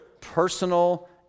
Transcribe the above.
personal